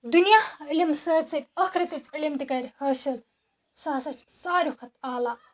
دُنیا علم سۭتۍ سۭتۍ ٲخٕرَتٕچ علم تہِ کرِحٲصِل سُہ ہسا چھِ سارِوی کھۄتہٕ اعلیٰ